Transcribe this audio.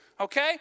Okay